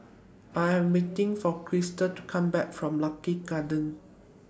I Am waiting For Crysta to Come Back from Lucky Gardens